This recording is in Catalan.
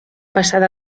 passada